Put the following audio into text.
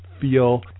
feel